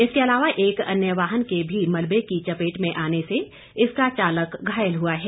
इसके अलावा एक अन्य वाहन के भी मलबे की चपेट में आने से इसका चालक घायल हुआ है